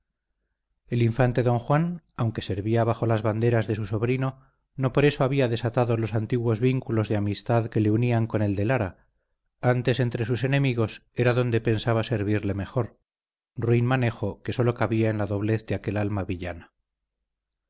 el infante don juan aunque servía bajo las banderas de su sobrino no por eso había desatado los antiguos vínculos de amistad que le unían con el de lara antes entre sus enemigos era donde pensaba servirle mejor ruin manejo que sólo cabía en la doblez de aquel alma villana